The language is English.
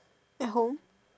at home